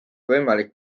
võimalik